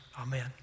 amen